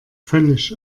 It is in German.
völlig